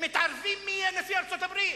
הם מתערבים מי יהיה נשיא ארצות-הברית.